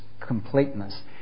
Completeness